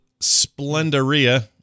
Splendoria